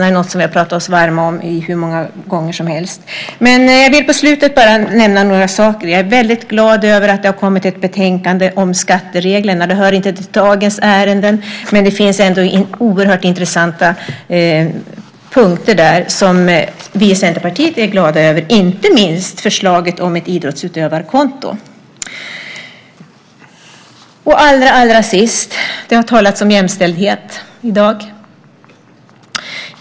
Det är något vi har pratat oss varma om hur många gånger som helst. Jag vill på slutet nämna några saker. Jag är glad över att det har kommit ett betänkande om skattereglerna. Det hör inte till dagens ärenden, men det finns ändå oerhört intressanta punkter som vi i Centerpartiet är glada över, inte minst förslaget om ett idrottsutövarkonto. Det har talats om jämställdhet i dag.